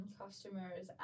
customers